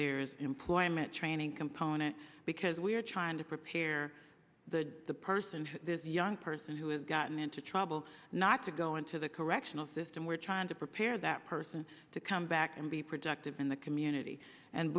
there's employment training component because we're trying to prepare the person who this young person who has gotten into trouble not to go into the correctional system we're trying to prepare that person to come back and be productive in the community and